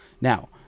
Now